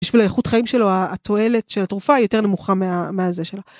בשביל האיכות החיים שלו, התועלת של התרופה היא יותר נמוכה מהזה שלה.